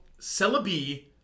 celebi